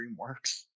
DreamWorks